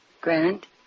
Grant